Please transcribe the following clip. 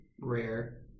rare